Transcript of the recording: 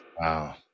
Wow